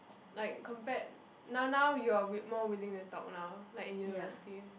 like compared now now you are wi~ more willing to talk now like in university